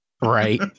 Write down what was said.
Right